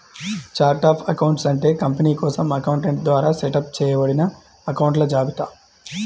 chart of accounts అంటే company కోసం accountant ద్వారా సెటప్ చేయబడిన అకొంట్ల జాబితా